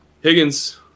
higgins